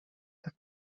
так